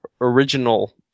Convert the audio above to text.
original